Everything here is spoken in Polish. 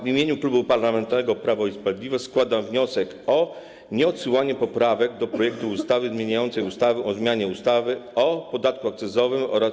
W imieniu Klubu Parlamentarnego Prawo i Sprawiedliwość składam wniosek o nieodsyłanie poprawek do projektu ustawy zmieniającej ustawę o zmianie ustawy o podatku akcyzowym oraz